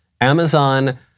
Amazon